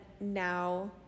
now